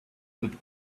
that